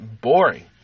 boring